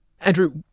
Andrew